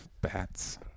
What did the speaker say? bats